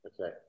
Okay